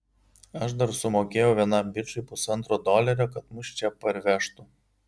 aš dar sumokėjau vienam bičui pusantro dolerio kad mus čia parvežtų